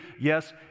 Yes